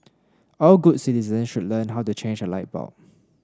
all good citizens should learn how to change a light bulb